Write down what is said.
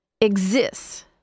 exists